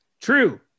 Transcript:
True